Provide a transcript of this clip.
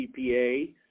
CPA